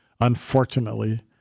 Unfortunately